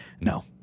No